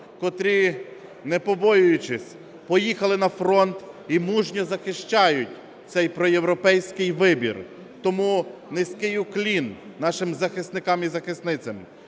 котрі не побоюючись, поїхали на фронт і мужньо захищають цей проєвропейський вибір. Тому низький уклін нашим захисникам і захисницям.